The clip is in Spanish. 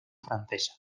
francesa